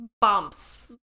bumps